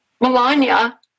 Melania